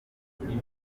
bwatuma